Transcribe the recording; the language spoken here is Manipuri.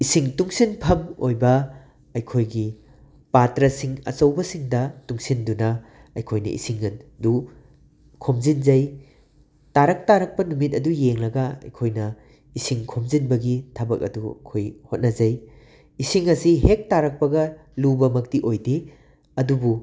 ꯏꯁꯤꯡ ꯇꯨꯡꯁꯤꯟꯐꯝ ꯑꯣꯏꯕ ꯑꯩꯈꯣꯏꯒꯤ ꯄꯥꯇ꯭ꯔꯁꯤꯡ ꯑꯆꯧꯕꯁꯤꯡꯗ ꯇꯨꯡꯁꯤꯟꯗꯨꯅ ꯑꯩꯈꯣꯏꯅ ꯏꯁꯤꯡ ꯑꯗꯨ ꯈꯣꯝꯖꯤꯟꯖꯩ ꯇꯥꯔꯛ ꯇꯥꯔꯛꯄ ꯅꯨꯃꯤꯠ ꯑꯗꯨ ꯌꯦꯡꯂꯒ ꯑꯩꯈꯣꯏꯅ ꯏꯁꯤꯡ ꯈꯣꯝꯖꯤꯟꯕꯒꯤ ꯊꯕꯛ ꯑꯗꯨ ꯈꯣꯏ ꯍꯣꯠꯅꯖꯩ ꯏꯁꯤꯡ ꯑꯁꯦ ꯍꯦꯛ ꯇꯩꯔꯛꯄꯒ ꯂꯨꯕ ꯃꯛꯇꯤ ꯑꯣꯏꯗꯦ ꯑꯗꯨꯕꯨ